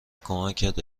کمکت